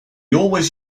always